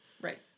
Right